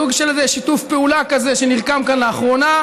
סוג של איזה שיתוף פעולה כזה שנרקם כאן לאחרונה,